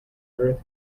earth